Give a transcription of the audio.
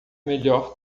melhor